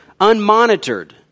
unmonitored